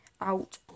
out